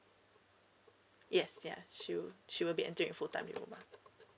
yes ya she will she will be entering full time